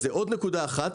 וזה עוד נקודה אחת,